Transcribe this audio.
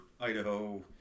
idaho